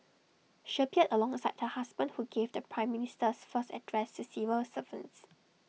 she appeared alongside her husband who gave the prime Minister's first address to civil servants